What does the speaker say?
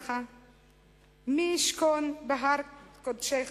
באוהלך מי ישכון בהר קודשך,